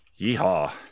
Yeehaw